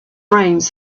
brains